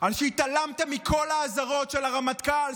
על שהתעלמתם מכל האזהרות של הרמטכ"ל,